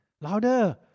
Louder